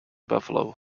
buffalo